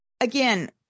again